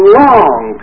long